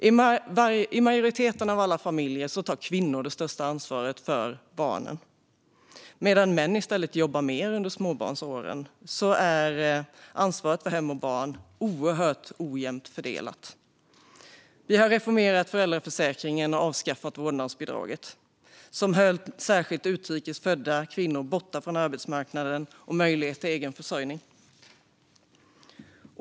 I majoriteten av alla familjer tar kvinnor störst ansvar för barnen. Män jobbar i stället mer under småbarnsåren. Ansvaret för hem och barn är fortfarande oerhört ojämnt fördelat. Vi har reformerat föräldraförsäkringen och avskaffat vårdnadsbidraget. Det senare höll särskilt utrikes födda kvinnor borta från arbetsmarknaden och möjlighet till egen försörjning.